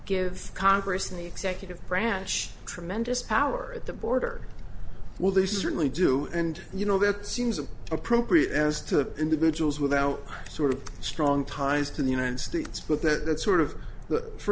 gives congress the executive branch tremendous power at the border well they certainly do and you know that seems an appropriate as to individuals without sort of strong ties to the united states but that sort of for